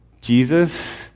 Jesus